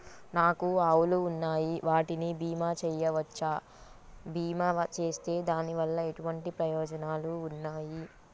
నాకు ఆవులు ఉన్నాయి వాటికి బీమా చెయ్యవచ్చా? బీమా చేస్తే దాని వల్ల ఎటువంటి ప్రయోజనాలు ఉన్నాయి?